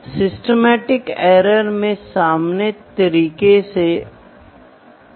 तो मेजरमेंट का empirical method क्या है